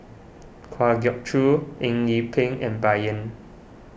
Kwa Geok Choo Eng Yee Peng and Bai Yan